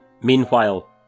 Meanwhile